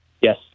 Yes